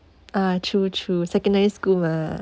ah true true secondary school mah